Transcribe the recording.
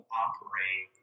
operate